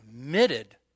committed